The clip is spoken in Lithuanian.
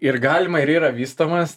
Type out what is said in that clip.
ir galima ir yra vystomas